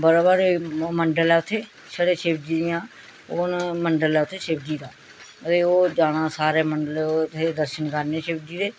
बड़ा बारी मंडल ऐ उत्थें छड़े शिवजी दियां हून मंडल ऐ उत्थें शिवजी दा ते ओह् जाना सारें मंडल उत्थें दर्शन करने शिवजी दे